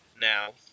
Now